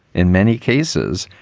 in many cases,